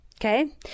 Okay